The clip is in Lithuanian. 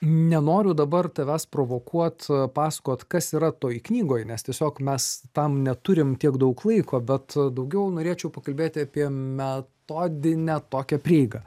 nenoriu dabar tavęs provokuot papasakot kas yra toj knygoj nes tiesiog mes tam neturim tiek daug laiko bet daugiau norėčiau pakalbėti apie metodinę tokią prieigą